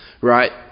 Right